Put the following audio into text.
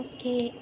Okay